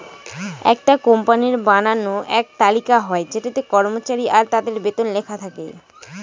একটা কোম্পানির বানানো এক তালিকা হয় যেটাতে কর্মচারী আর তাদের বেতন লেখা থাকে